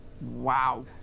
wow